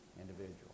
individual